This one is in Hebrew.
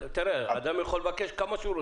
תראה, אדם יכול לבקש כמה שהוא רוצה.